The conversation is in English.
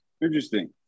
interesting